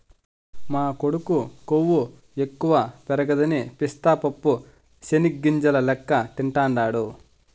మా కొడుకు కొవ్వు ఎక్కువ పెరగదని పిస్తా పప్పు చెనిగ్గింజల లెక్క తింటాండాడు